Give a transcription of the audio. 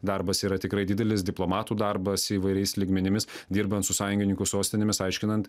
darbas yra tikrai didelis diplomatų darbas įvairiais lygmenimis dirbant su sąjungininkų sostinėmis aiškinant